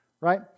right